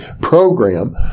program